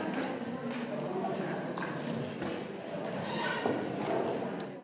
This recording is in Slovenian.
Hvala